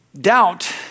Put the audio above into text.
doubt